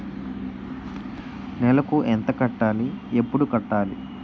నెలకు ఎంత కట్టాలి? ఎప్పుడు కట్టాలి?